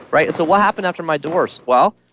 right? so what happened after my doors? well,